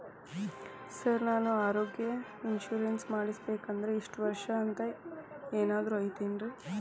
Sir ನಾನು ಆರೋಗ್ಯ insurance ಮಾಡಿಸ್ಬೇಕಂದ್ರೆ ಇಷ್ಟ ವರ್ಷ ಅಂಥ ಏನಾದ್ರು ಐತೇನ್ರೇ?